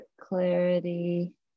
clarity